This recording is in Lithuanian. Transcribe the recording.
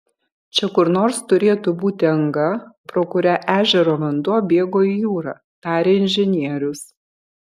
čia kur nors turėtų būti anga pro kurią ežero vanduo bėgo į jūrą tarė inžinierius